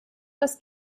das